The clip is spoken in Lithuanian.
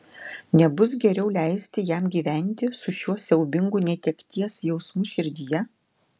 nebus geriau leisti jam gyventi su šiuo siaubingu netekties jausmu širdyje